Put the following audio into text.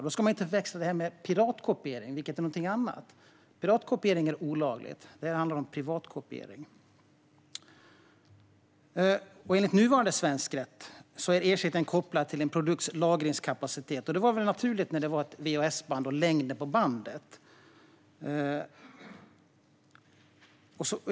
Detta ska inte förväxlas med piratkopiering, som är någonting annat. Piratkopiering är olaglig. Det här handlar om privatkopiering. Enligt nuvarande svensk rätt är ersättningen kopplad till en produkts lagringskapacitet. Det var naturligt när det gällde ett vhs-band och längden på bandet.